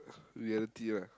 the other team ah